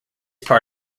part